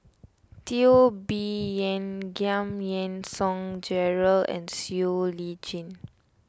Teo Bee Yen Giam Yean Song Gerald and Siow Lee Chin